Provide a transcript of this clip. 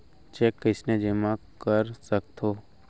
Cheque कईसने जेमा कर सकथो?